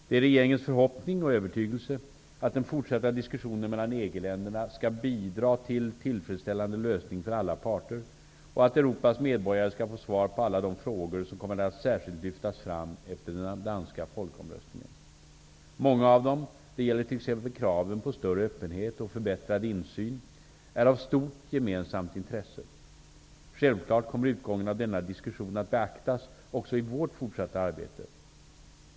Det är regeringens förhoppning och övertygelse att den fortsatta diskussionen mellan EG-länderna skall bidraga till tillfredsställande lösningar för alla parter och att Europas medborgare skall få svar på de frågor som kommit att särskilt lyftas fram efter den danska folkomröstningen. Många av dem -- det gäller t.ex. kraven på större öppenhet och förbättrad insyn -- är av stort gemensamt intresse. Självklart kommer utgången av denna diskussion att beaktas också i vårt fortsatta arbete.